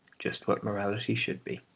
just what morality should be.